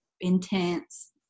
intense